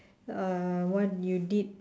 uh what you did